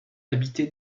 habitée